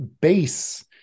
base